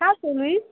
कहाँ छौ